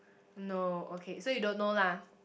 no okay so you don't know lah